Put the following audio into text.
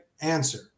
answer